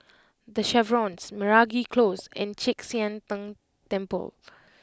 The Chevrons Meragi Close and Chek Sian Tng Temple